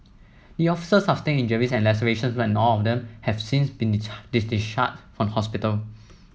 the officers sustained injuries and lacerations and all of them have since been discharged from hospital